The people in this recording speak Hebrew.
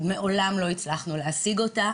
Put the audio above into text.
מעולם לא הצלחנו להשיג אותה.